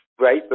Right